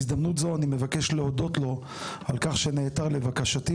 בהזדמנות זו אני מבקש להודות לו על שנעתר לבקשתי